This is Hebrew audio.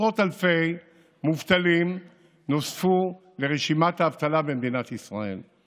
עשרות אלפי מובטלים נוספו לרשימת האבטלה במדינת ישראל.